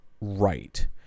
right